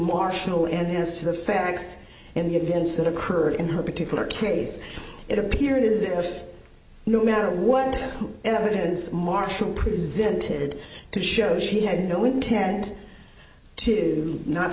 marshall and as to the facts and the events that occurred in her particular case it appeared as if no matter what evidence marshall presented to show she had no intent to